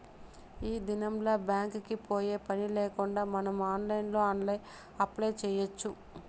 ఈ దినంల్ల బ్యాంక్ కి పోయే పనిలేకుండా మనం ఆన్లైన్లో అప్లై చేయచ్చు